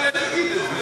אני אעלה ואגיד את זה.